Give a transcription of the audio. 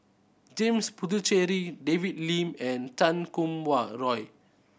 James Puthucheary David Lim and Chan Kum Wah Roy